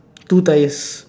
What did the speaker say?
two tyres